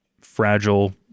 fragile